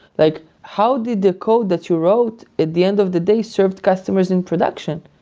like how did the code that you wrote at the end of the day served customers in production?